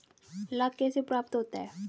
लाख कैसे प्राप्त होता है?